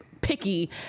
picky